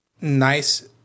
nice